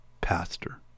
pastor